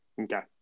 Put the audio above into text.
Okay